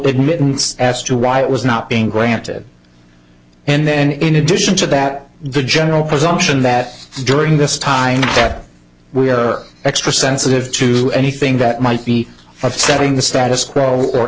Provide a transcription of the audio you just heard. admittance as to why it was not being granted and then in addition to that the general presumption that during this time that we are extra sensitive through anything that might be upsetting the status quo or